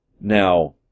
Now